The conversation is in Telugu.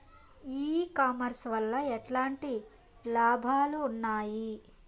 ఈ కామర్స్ వల్ల ఎట్లాంటి లాభాలు ఉన్నాయి?